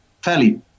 fairly